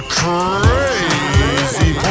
crazy